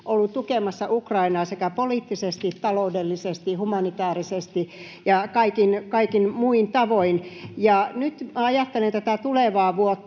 tukemassa Ukrainaa poliittisesti, taloudellisesti, humanitäärisesti ja kaikin muin tavoin: Nyt ajattelen tätä tulevaa vuotta.